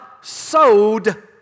sowed